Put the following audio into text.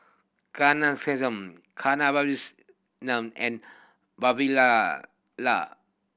Ghanshyam Kasiviswanathan and Vavilala